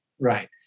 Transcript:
Right